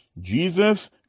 Jesus